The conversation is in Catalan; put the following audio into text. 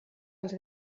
els